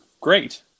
great